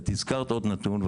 את הזכרת עוד נתון,